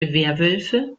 werwölfe